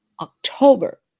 October